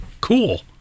cool